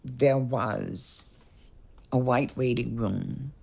there was a white waiting room,